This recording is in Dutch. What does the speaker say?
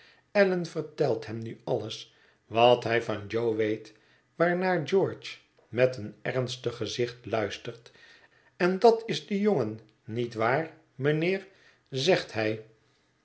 allan vertelt hem nu alles wat hij van jo weet waarnaar george met een ernstig gezicht luistert en dat is de jongen niet waar mijnheer zegt hij